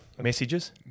messages